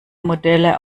modelle